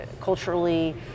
culturally